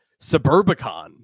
suburbicon